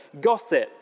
gossip